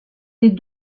des